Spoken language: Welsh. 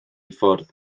ffwrdd